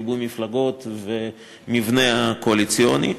ריבוי מפלגות והמבנה הקואליציוני.